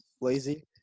lazy